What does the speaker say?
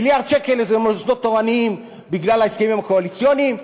מיליארד שקל זה מוסדות תורניים בגלל ההסכמים הקואליציוניים,